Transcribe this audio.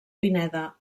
pineda